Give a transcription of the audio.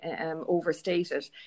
overstated